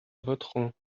voterons